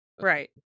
Right